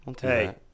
Hey